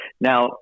Now